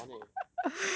eh 我要玩 eh